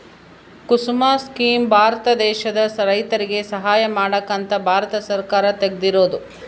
ಕುಸುಮ scheme Bharat ದೇಶದ ರೈತರಿಗೆ ಸಹಾಯ ಮಾಡಕ ಅಂತ ಭಾರತ ಸರ್ಕಾರ ತೆಗ್ದಿರೊದು